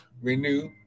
renew